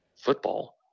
football